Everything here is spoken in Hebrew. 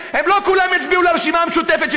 אם אתה תקים את המדינה הפלסטינית שלך,